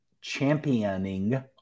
championing